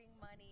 money